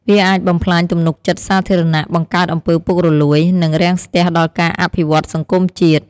វាអាចបំផ្លាញទំនុកចិត្តសាធារណៈ បង្កើតអំពើពុករលួយ និងរាំងស្ទះដល់ការអភិវឌ្ឍន៍សង្គមជាតិ។